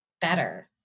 better